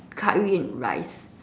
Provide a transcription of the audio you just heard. Curry and rice